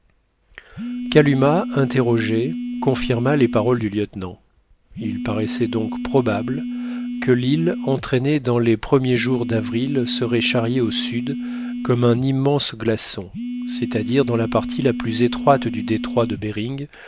kalumah interrogée confirma les paroles du lieutenant il paraissait donc probable que l'île entraînée dans les premiers jours d'avril serait charriée au sud comme un immense glaçon c'est-à-dire dans la partie la plus étroite du détroit de behring